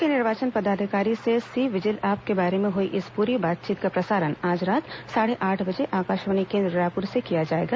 मुख्य निर्वाचन पदाधिकारी से सी विजिल ऐप के बारे में हुई इस पूरी बातचीत का प्रसारण आज रात साढ़े आठ बजे आकाशवाणी केन्द्र रायपुर से किया जाएगा